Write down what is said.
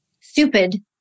stupid